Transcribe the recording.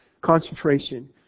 Concentration